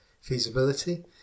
feasibility